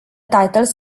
titles